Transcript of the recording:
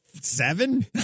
seven